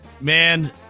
Man